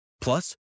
Plus